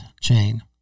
chain